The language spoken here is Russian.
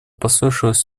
послышалось